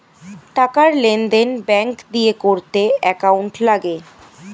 টাকার লেনদেন ব্যাঙ্ক দিয়ে করতে অ্যাকাউন্ট লাগে